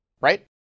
right